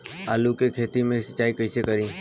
आलू के खेत मे सिचाई कइसे करीं?